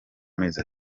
amezi